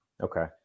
Okay